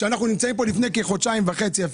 לפני כחודשיים וחצי,